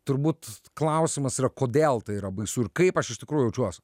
turbūt klausimas yra kodėl tai yra baisu ir kaip aš iš tikrųjų jaučiuos